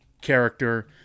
character